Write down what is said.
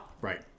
right